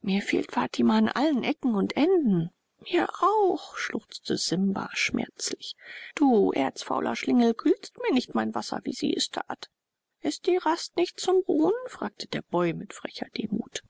mir fehlt fatima an allen ecken und enden mir auch schluckte simba schmerzlich du erzfauler schlingel kühlst mir nicht mein wasser wie sie es tat ist die rast nicht zum ruhen fragte der boy mit frecher demut